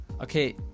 okay